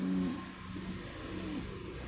ഇനി